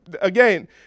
again